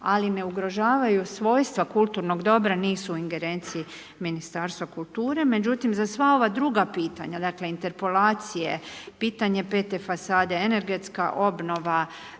ali ne ugrožavaju svojstva kulturnog dobra nisu u ingerenciji Ministarstva kulture. Međutim, za sva ova druga pitanja, dakle interpolacije, pitanje pete fasade, energetska obnova